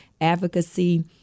advocacy